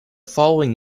following